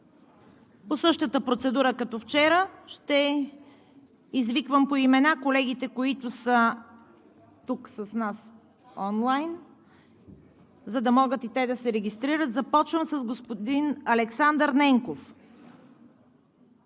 По същата процедура, като вчера – ще извиквам по имена колегите, които са тук с нас онлайн, за да могат и те да се регистрират. Започвам с господин Александър Ненков.